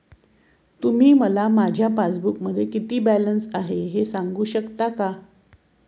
तुम्ही मला माझ्या पासबूकमध्ये किती बॅलन्स आहे हे सांगू शकता का?